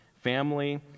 family